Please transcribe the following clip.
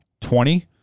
twenty